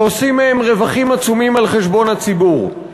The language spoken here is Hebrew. שעושים מהם רווחים עצומים על חשבון הציבור.